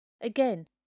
Again